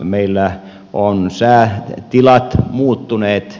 meillä ovat säätilat muuttuneet